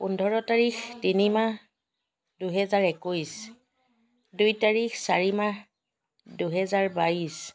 পোন্ধৰ তাৰিখ তিনি মাহ দুহেজাৰ একৈছ দুই তাৰিখ চাৰি মাহ দুহেজাৰ বাইছ